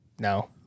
No